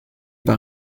par